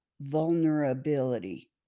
vulnerability